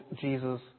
Jesus